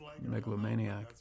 megalomaniac